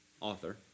author